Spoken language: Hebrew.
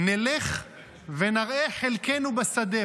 "נלך ונראה חלקינו בשדה".